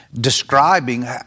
describing